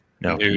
no